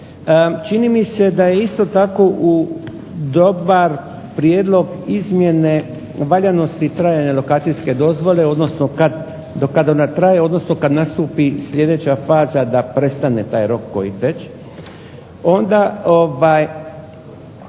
Čini mi se da je isto tako u dobar prijedlog izmjene valjanosti trajanja lokacijske dozvole, odnosno do kad ona traje odnosno kad nastupi sljedeća faza da prestane taj rok koji teče. Onda